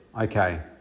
okay